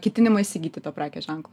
ketinimą įsigyti to prekės ženklo